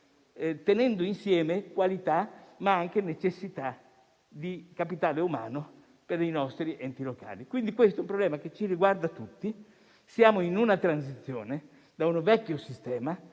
tenendo insieme qualità, ma anche necessità di capitale umano per i nostri enti locali. Questo è un problema che riguarda tutti. Siamo in una transizione da un vecchio sistema